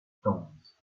stones